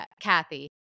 Kathy